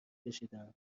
کشیدم